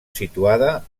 situada